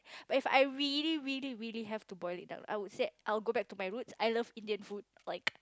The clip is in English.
if I really really really have to boil it out I would say I will go back to my rules I love Indian food like